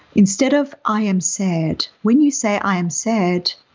instead of, i am sad. when you say i am sad,